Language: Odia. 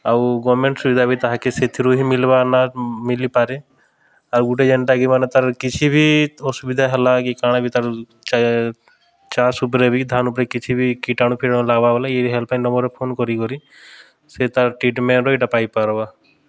ଆଉ ଗଭ୍ମେଣ୍ଟ ସୁବିଧା ବି ତାହାକେ ସେଥିରୁ ହିଁ ମିଲ୍ବା ନା ମିଲିପାରେ ଆଉ ଗୁଟେ ଯେନ୍ଟାକି ମାନେ ତା'ର୍ କିଛି ବି ଅସୁବିଧା ହେଲା କି କା'ଣା ବି ତା'ର୍ ଚାଷ୍ ଉପରେ ବି ଧାନ୍ ଉପ୍ରେ କିଛି ବି କୀଟାଣୁ ଫିଟାଣୁ ଲାଗ୍ବା ବେଲେ ବି ଇ ହେଲ୍ପଲାଇନ୍ ନମ୍ବର୍ରେ ଫୋନ୍ କରିକିରି ସେ ତା'ର୍ ଟ୍ରିଟ୍ମେଣ୍ଟର ଇଟା ପାଇପାର୍ବା